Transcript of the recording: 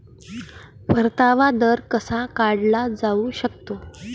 परतावा दर कसा काढला जाऊ शकतो?